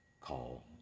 call